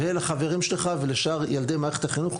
ולחברים שלך ולשאר ילדי מערכת החינוך.